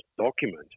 document